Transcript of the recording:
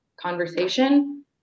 conversation